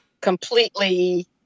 completely